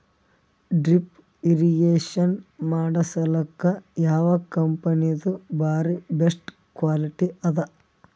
Drip irrigation ಮಾಡಸಲಕ್ಕ ಯಾವ ಕಂಪನಿದು ಬಾರಿ ಬೆಸ್ಟ್ ಕ್ವಾಲಿಟಿ ಅದ?